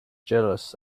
jealous